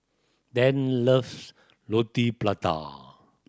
Dann loves Roti Prata